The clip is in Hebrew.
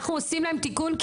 אנחנו עושים תיקון,